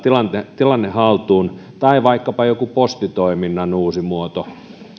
tilanne haltuun tai että tulee vaikkapa joku postitoiminnan uusi muoto